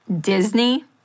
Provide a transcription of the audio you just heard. Disney